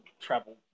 travel